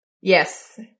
Yes